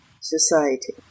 society